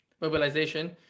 mobilization